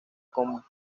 con